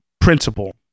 principle